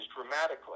dramatically